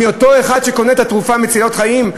מאותו אחד שקונה את התרופה מצילת החיים?